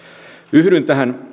yhdyn tähän